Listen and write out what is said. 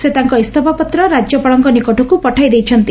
ସେ ତାଙ୍କ ଇସ୍ତଫାପତ୍ର ରାକ୍ୟପାଳଙ୍କ ନିକଟକୁ ପଠାଇ ଦେଇଛନ୍ତି